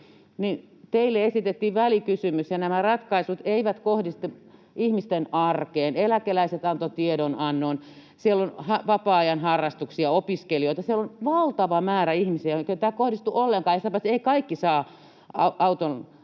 Teille esitettiin välikysymys, ja nämä ratkaisut eivät kohdistu ihmisten arkeen. Eläkeläiset antoivat tiedonannon, siellä on vapaa-ajan harrastuksia, opiskelijoita. Siellä on valtava määrä ihmisiä, joihinka tämä ei kohdistu ollenkaan, ja sitä paitsi